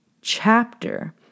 chapter